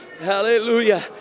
Hallelujah